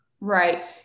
Right